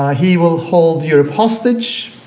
ah he will hold you hostage,